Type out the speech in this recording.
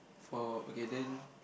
for okay then